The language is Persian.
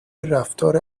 رفتار